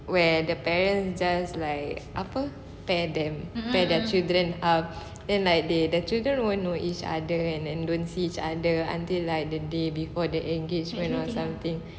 where the parents just like apa pair them pair their children up then like they their children won't know each other and and don't see each other until like the day before the engagement or something